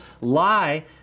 lie